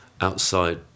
outside